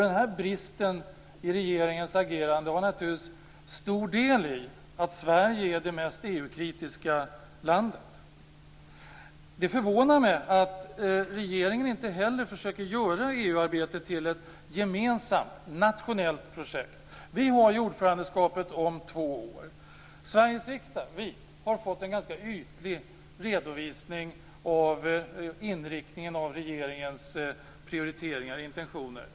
Den här bristen i regeringens agerande har naturligtvis stor del i att Sverige är det mest EU Det förvånar mig att regeringen inte heller försöker göra EU-arbetet till ett gemensamt nationellt projekt. Vi har ordförandeskapet om två år. Sveriges riksdag har fått en ganska otydlig redovisning av inriktningen av regeringens prioriteringar och intentioner.